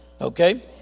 Okay